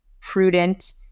prudent